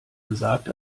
gesagt